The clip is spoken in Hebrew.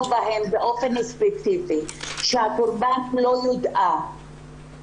בהם באופן ספציפי והקורבן לא יודעה על השחרור,